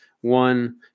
One